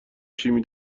شیمی